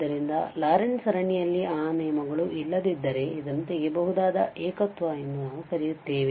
ಆದ್ದರಿಂದ ಲಾರೆಂಟ್ ಸರಣಿಯಲ್ಲಿ ಆ ನಿಯಮಗಳು ಇಲ್ಲದಿದ್ದರೆ ಇದನ್ನು ತೆಗೆಯಬಹುದಾದ ಏಕತ್ವ ಎಂದು ನಾವು ಕರೆಯುತ್ತೇವೆ